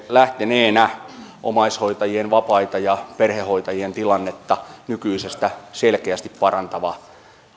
lähteneenä omaishoitajien vapaita ja perhehoitajien tilannetta nykyisestä selkeästi parantava